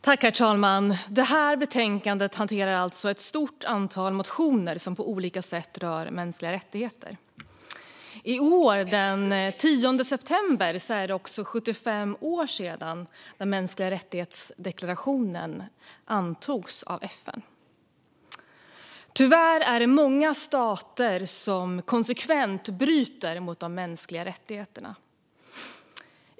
Herr talman! Det här betänkandet hanterar ett stort antal motioner som på olika sätt rör mänskliga rättigheter. Den 10 december i år är det 75 år sedan deklarationen om mänskliga rättigheter antogs av FN. Tyvärr är det många stater som konsekvent bryter mot de mänskliga rättigheterna.